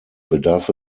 bedarf